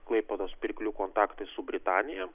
klaipėdos pirklių kontaktai su britanija